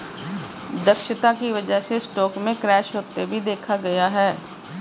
दक्षता की वजह से स्टॉक में क्रैश होते भी देखा गया है